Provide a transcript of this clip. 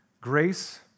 grace